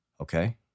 Okay